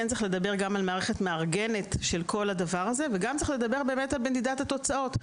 כן צריך לדבר על מערכת מארגנת של כל הדבר הזה וגם על מדידת התוצאות.